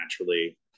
naturally